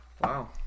Wow